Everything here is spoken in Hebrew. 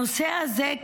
הנושא הזה,